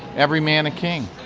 every man a king,